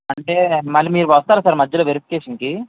అంటే మళ్ళీ మీరు వస్తారా సార్ మధ్యలో వెరిఫికేషన్కి